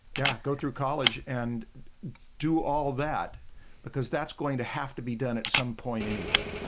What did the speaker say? yeah go through college and do all that because that's going to have to be done at some point anyway,